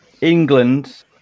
England